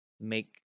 make